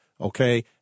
Okay